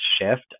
shift